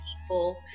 people